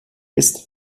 ist